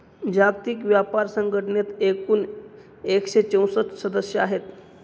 जागतिक व्यापार संघटनेत एकूण एकशे चौसष्ट सदस्य आहेत